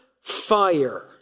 fire